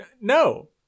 No